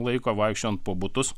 laiko vaikščiojant po butus